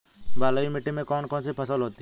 बलुई मिट्टी में कौन कौन सी फसल होती हैं?